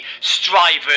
Strivers